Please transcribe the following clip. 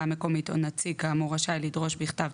המקומית או נציג כאמור רשאי לדרוש בכתב,